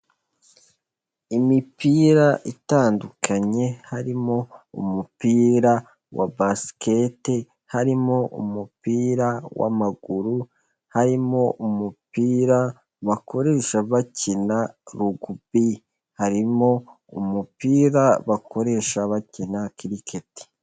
Imipira itandukanye, harimo umupira wa basiketi, harimo umupira w'amaguru, harimo umupira bakoresha bakina rugubi, harimo umupira bakoresha bakina kiriketi.